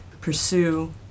pursue